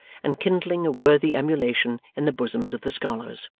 and kindling a worthy emulation in the bosoms of the scholars.